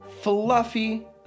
Fluffy